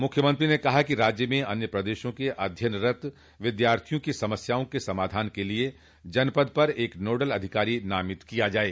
मुख्यमंत्री ने कहा कि राज्य में अन्य प्रदेशों के अध्ययनरत विद्यार्थियों की समस्याओं के समाधान के लिये जनपद पर एक नोडल अधिकारी नामित किया जाये